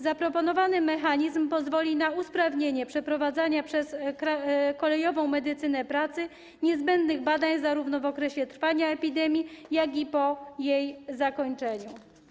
Zaproponowany mechanizm pozwoli na usprawnienie przeprowadzania przez kolejową medycynę pracy niezbędnych badań zarówno w okresie trwania epidemii, jak i po jej zakończeniu.